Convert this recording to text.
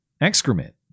excrement